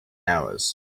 hours